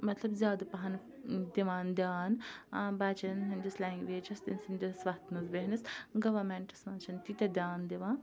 مطلب زیادٕ پَہَم دِوان دھیان بَچَن ہِنٛدِس لینٛگویجَس تٔمۍ سٕنٛدِس وۄتھنَس بیٚہنَس گورمیٚنٛٹَس منٛز چھِنہٕ تیٖتیٛاہ دھیان دِوان